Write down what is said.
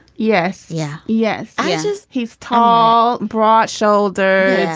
yes yeah yes yes yes. he's tall broad shouldered.